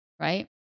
Right